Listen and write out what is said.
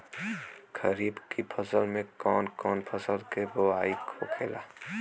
खरीफ की फसल में कौन कौन फसल के बोवाई होखेला?